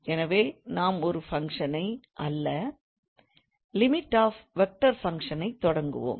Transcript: எனவேநாம் ஒரு ஃபங்க்ஷனை அல்ல லிமிட் ஆஃப் வெக்டார் ஃபங்க்ஷன் ஐத்தொடங்குவோம்